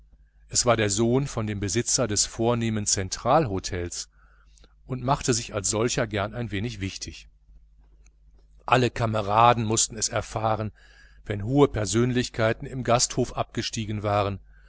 er war der sohn von dem besitzer des vornehmen zentralhotels und machte sich als solcher gern ein wenig wichtig alle kameraden mußten es erfahren wenn hohe persönlichkeiten im hotel abgestiegen waren